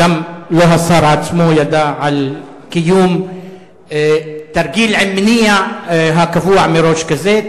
וגם לא השר עצמו ידע על קיום תרגיל עם מניע הקבוע מראש כזה.